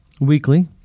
weekly